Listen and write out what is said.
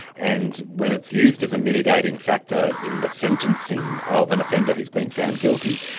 and when it's used as a mitigating factor in the sentencing of an offender who's been found guilty.